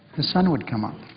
the sun would come up,